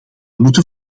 moeten